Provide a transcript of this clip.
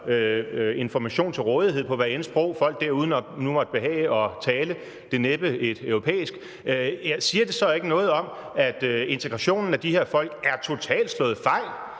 information til rådighed på hvilket sprog det nu end måtte behage folk derude at tale – det er næppe et europæisk – siger det så ikke noget om, at integrationen af de her folk er totalt slået fejl?